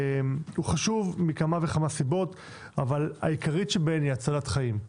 הוא חשוב מכמה וכמה סיבות והעיקרית שבהן הצלת חיים,